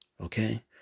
Okay